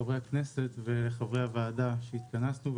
חברי הכנסת וחברי הוועדה שהתכנסנו,